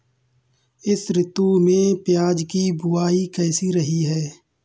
इस ऋतु में प्याज की बुआई कैसी रही है?